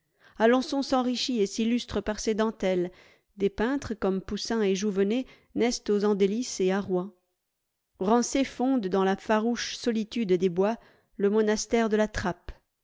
alençon s'enrichit et s'illustre par ses dentelles des peintres comme poussin et jouvenet naissent aux andelys et à rouen rancé fonde dans la farouche solitude des bois le monastère de la trappe